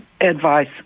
advice